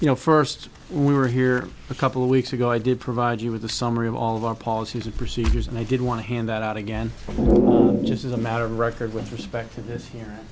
you know first we were here a couple of weeks ago i did provide you with a summary of all of our policies and procedures and i didn't want to hand that out again just as a matter of record with respect to this y